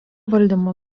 valdymo